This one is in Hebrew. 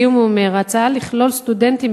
לסיום הוא אומר: "ההצעה לכלול סטודנטים